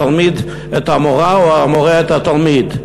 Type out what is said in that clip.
התלמיד למורה או המורה לתלמיד.